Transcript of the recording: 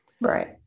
Right